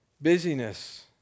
Busyness